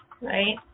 right